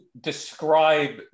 describe